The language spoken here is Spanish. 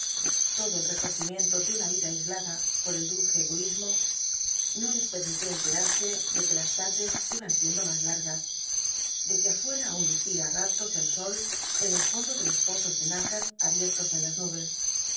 todo el recogimiento de una vida aislada por el dulce egoísmo no les permitió enterarse de que las tardes iban siendo más largas de que afuera aun lucía á ratos el sol en el fondo de los pozos de nácar abiertos en las nubes